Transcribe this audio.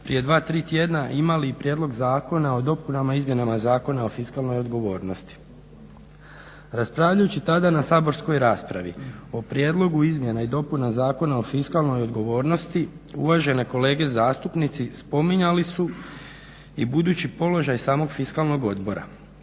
prije dva, tri tjedna imali i Prijedlog zakona o dopunama i izmjenama Zakona o fiskalnoj odgovornosti. Raspravljajući tada na saborskoj raspravi o prijedlogu izmjena i dopuna Zakona o fiskalnoj odgovornosti uvažene kolege zastupnici spominjali su i budući položaj samog fiskalnog odbora.